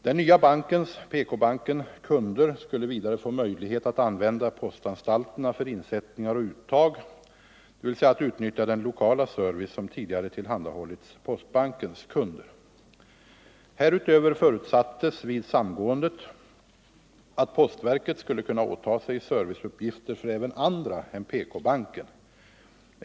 Den nya bankens kunder skulle vidare få möjlighet att använda postanstalterna för insättningar och uttag, dvs. att utnyttja den lokala service som tidigare tillhandahållits postbankens kunder. Härutöver förutsattes vid samgåendet, att postverket skulle kunna åta 17 ga sig serviceuppgifter för även andra än PK-banken.